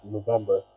November